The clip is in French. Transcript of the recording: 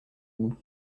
goût